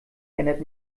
erinnert